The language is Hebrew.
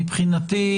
מבחינתי,